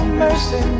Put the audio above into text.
mercy